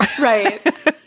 right